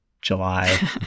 July